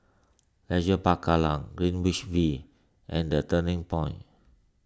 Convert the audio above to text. Leisure Park Kallang Greenwich V and the Turning Point